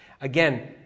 Again